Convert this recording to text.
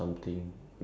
um